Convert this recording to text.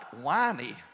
whiny